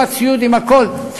עם הציוד והכול,